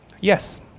Yes